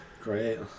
Great